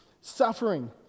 suffering